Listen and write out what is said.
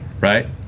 Right